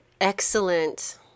Excellent